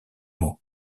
mot